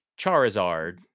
Charizard